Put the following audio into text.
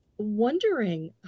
Wondering